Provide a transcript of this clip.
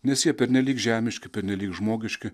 nes jie pernelyg žemiški pernelyg žmogiški